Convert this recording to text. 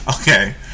Okay